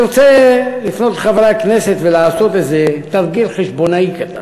אני רוצה לפנות לחברי הכנסת ולעשות איזה תרגיל חשבונאי קטן.